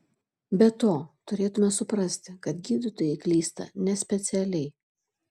be to turėtumėme suprasti kad gydytojai klysta nespecialiai